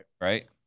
right